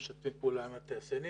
אני פותח את הדיון.